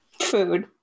Food